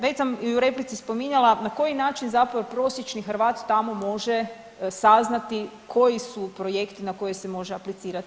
Već sam i u replici spominjala na koji način zapravo prosječni Hrvat tamo može saznati koji su projekti na koje se može aplicirati.